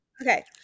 Okay